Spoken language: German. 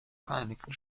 vereinigten